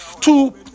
two